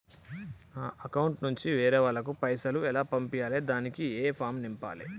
నా అకౌంట్ నుంచి వేరే వాళ్ళకు పైసలు ఎలా పంపియ్యాలి దానికి ఏ ఫామ్ నింపాలి?